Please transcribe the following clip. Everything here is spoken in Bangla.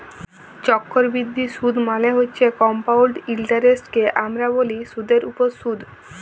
চক্করবিদ্ধি সুদ মালে হছে কমপাউল্ড ইলটারেস্টকে আমরা ব্যলি সুদের উপরে সুদ